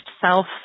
self